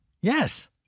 Yes